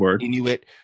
Inuit